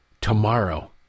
Tomorrow